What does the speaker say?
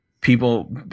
people